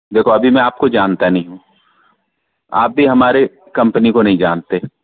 देखो अभी में आपको जानता नहीं आप भी हमारे कंपनी को नहीं जानते